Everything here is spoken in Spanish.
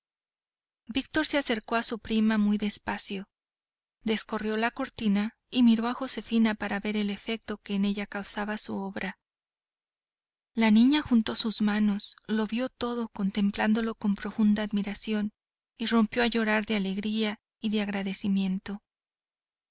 víctor se acercó a su prima muy despacio descorrió la cortina y miró a josefina para ver el efecto que en ella causaba su obra la niña juntó sus manos lo vio todo contemplándolo con profunda admiración y rompió a llorar de alegría y de agradecimiento